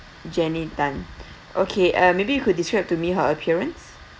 jenny Tan okay uh maybe you could describe to me her appearance